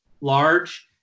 large